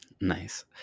Nice